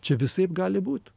čia visaip gali būt